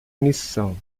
missão